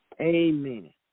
Amen